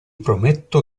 prometto